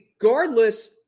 regardless